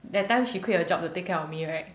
that time she quit her job to take care of me right